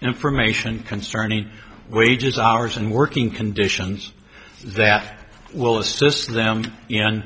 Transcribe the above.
information concerning wages hours and working conditions that will assist them in